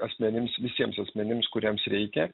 asmenims visiems asmenims kuriems reikia